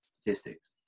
statistics